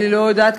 אני לא יודעת